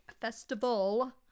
festival